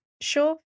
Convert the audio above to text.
Sure